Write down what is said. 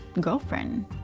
girlfriend